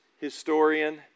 historian